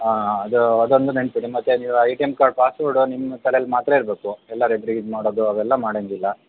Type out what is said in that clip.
ಹಾಂ ಅದು ಅದೊಂದು ನೆನಪಿಡಿ ಮತ್ತು ನೀವು A T M card password ನಿಮ್ಮ ತಲೇಲಿ ಮಾತ್ರ ಇರಬೇಕು ಎಲ್ಲರ ಎದ್ರಿಗೆ ಇದು ಮಾಡೋದು ಅವೆಲ್ಲ ಮಾಡಂಗಿಲ್ಲ